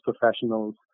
professionals